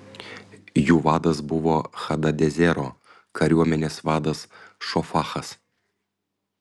jų vadas buvo hadadezero kariuomenės vadas šofachas